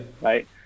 right